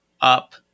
up